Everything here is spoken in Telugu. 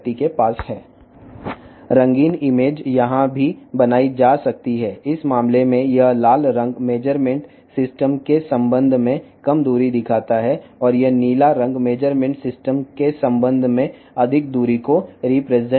ఈ సందర్భంలో రంగు చిత్రాన్ని కూడా ఇక్కడ సృష్టించవచ్చును ఈ ఎరుపు రంగు కొలత వ్యవస్థకు సంబంధించి తక్కువ దూరాన్ని చూపిస్తుంది మరియు కొలత వ్యవస్థకు సంబంధించి నీలం రంగు ఎక్కువ దూరాన్ని సూచిస్తుంది